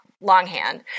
longhand